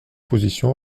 position